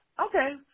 Okay